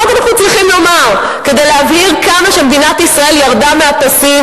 מה עוד אנחנו צריכים לומר כדי להבהיר כמה מדינת ישראל ירדה מהפסים,